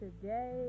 today